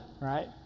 right